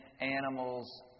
animals